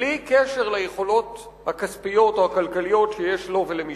בלי קשר ליכולות הכספיות או הכלכליות שיש להם ולמשפחותיהם.